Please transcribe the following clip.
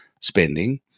spending